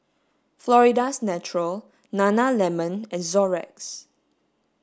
Florida's Natural Nana lemon and Xorex